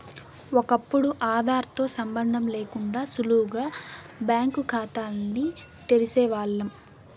ఒకప్పుడు ఆదార్ తో సంబందం లేకుండా సులువుగా బ్యాంకు కాతాల్ని తెరిసేవాల్లం